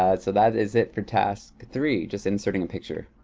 ah so that is it for task three, just inserting a picture.